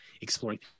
exploring